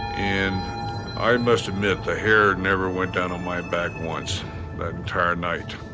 and i must admit, the hair never went down on my back once that entire night.